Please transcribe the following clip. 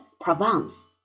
Provence